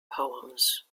poems